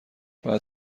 بعد